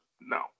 No